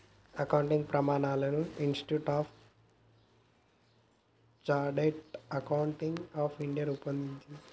accounting ప్రమాణాలను Institute of Chartered Accountants of India రూపొందిస్తది